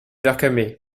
vercamer